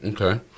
Okay